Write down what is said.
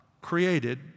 created